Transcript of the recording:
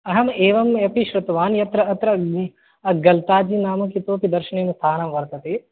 अहम् एवम् अपि श्रुतवान् यत्र अत्र गन्ताग्नि नाम इतोऽपि दर्शनीयं स्थानं वर्तते